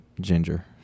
ginger